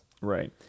right